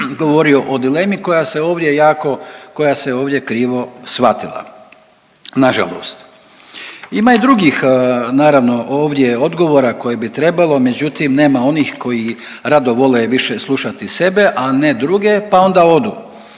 ovdje jako, koja se ovdje krivo shvatila, nažalost. Ima i drugih naravno, ovdje odgovora koje bi trebalo, međutim, nema onih koji rado vole više slušati sebe, a ne druge, pa onda odu.